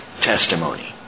testimony